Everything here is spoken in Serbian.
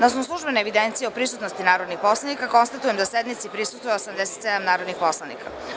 Na osnovu službene evidencije o prisutnosti narodnih poslanika, konstatujem da sednici prisustvuje 87 narodnih poslanika.